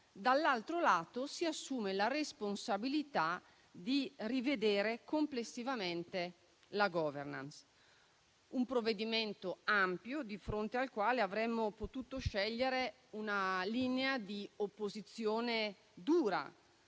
dall'altro lato, si assume la responsabilità di rivedere complessivamente la *governance*. È un provvedimento ampio, di fronte al quale avremmo potuto scegliere una linea di opposizione dura,